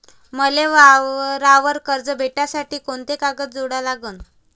मले वावरावर कर्ज भेटासाठी कोंते कागद जोडा लागन?